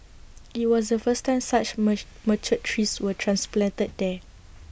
IT was the first time such mature trees were transplanted there